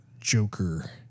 Joker